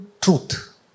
truth